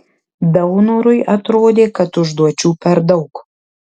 daunorui atrodė kad užduočių per daug